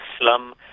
slum